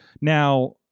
Now